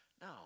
No